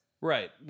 Right